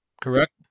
correct